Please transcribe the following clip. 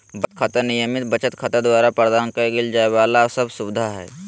बचत खाता, नियमित बचत खाता द्वारा प्रदान करल जाइ वाला सब सुविधा हइ